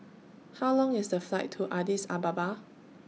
How Long IS The Flight to Addis Ababa